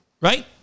Right